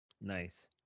Nice